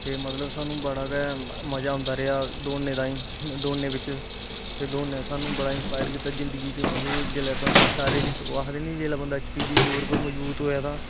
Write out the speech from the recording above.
ते मतलब सानू बड़ा गै मजा आदां रेहा दौड़ने तांई दौड़ने बिच ते दौड़ने सानू बड़ा इन्सपाइयर कीता जिंदगी च मतलब जिसलेै बंदा शाररिक ओह् आखदे नी के जिसले बंदा शररिक तौर उप्पर मजवूत होऐ तां